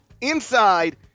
inside